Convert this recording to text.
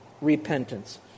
repentance